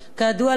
כידוע לנו,